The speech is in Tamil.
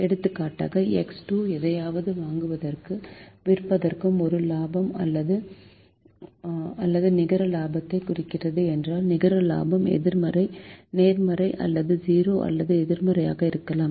எடுத்துக்காட்டுக்காக எக்ஸ் 2 எதையாவது வாங்குவதற்கும் விற்பதற்கும் ஒரு லாபம் அல்லது நிகர லாபத்தைக் குறிக்கிறது என்றால் நிகர லாபம் நேர்மறை அல்லது 0 அல்லது எதிர்மறையாக இருக்கலாம்